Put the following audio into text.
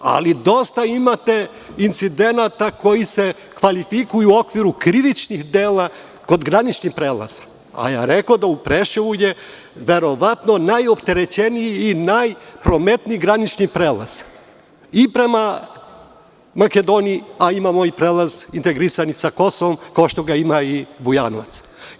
U redu, ali dosta imate incidenata koji se kvalifikuju u okviru krivičnih dela kod graničnih prelaza, a ja rekoh da je Preševo verovatno najopterećeniji i najprometniji granični prelaz i prema Makedoniji, a imamo i prelaz integrisani sa Kosovom, kao što ga ima i Bujanovac.